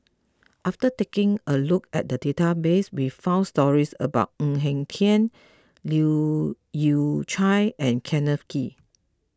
after taking a look at the database we found stories about Ng Eng Hen Leu Yew Chye and Kenneth Kee